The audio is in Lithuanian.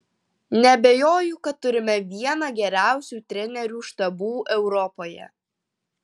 neabejoju kad turime vieną geriausių trenerių štabų europoje